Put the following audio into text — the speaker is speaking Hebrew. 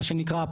מה שנקרא,